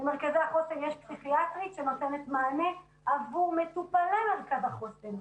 במרכזי החוסן יש פסיכיאטרית שנותנת מענה עבור מטופלי מרכז החוסן.